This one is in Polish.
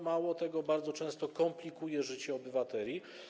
Mało tego, bardzo często komplikuje ono życie obywateli.